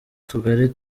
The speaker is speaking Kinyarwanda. tugari